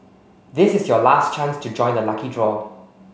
this is your last chance to join the lucky draw